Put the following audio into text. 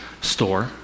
store